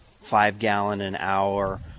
five-gallon-an-hour